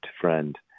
friend